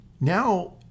now